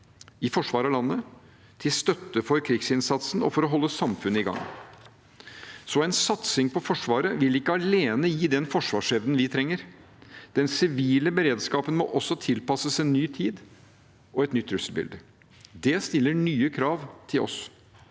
i forsvar av landet, til støtte for krigsinnsatsen og for å holde samfunnet i gang. En satsing på Forsvaret vil ikke alene gi den forsvarsevnen vi trenger. Den sivile beredskapen må også tilpasses en ny tid og et nytt trusselbilde. Det stiller nye krav til oss.